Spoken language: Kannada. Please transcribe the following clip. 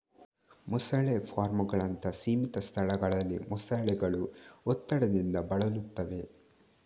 ಮೊಸಳೆ ಫಾರ್ಮುಗಳಂತಹ ಸೀಮಿತ ಸ್ಥಳಗಳಲ್ಲಿ ಮೊಸಳೆಗಳು ಒತ್ತಡದಿಂದ ಬಳಲುತ್ತವೆ